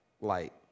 light